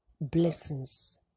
blessings